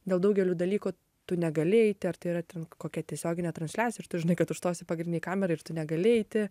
dėl daugelių dalykų tu negali eiti ar tai yra ten kokia tiesioginė transliacija ir tu žinai kad užstosi pagrinei kamerai ir tu negali eiti